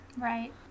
right